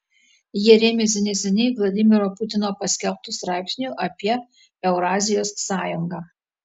jie rėmėsi neseniai vladimiro putino paskelbtu straipsniu apie eurazijos sąjungą